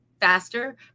faster